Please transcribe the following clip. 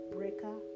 Breaker